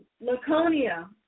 Laconia